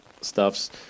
stuffs